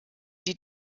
die